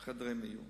חדרי מיון